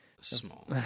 Small